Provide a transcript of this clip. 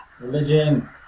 Religion